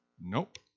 Nope